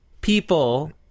people